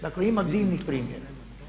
Dakle, ima divnih primjera.